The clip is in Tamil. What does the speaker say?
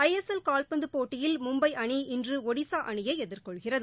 ஐஎஸ்எல் கால்பந்து போட்டியில் மும்பை அணி இன்று ஒடிசா அணியை எதிர்கொள்கிறது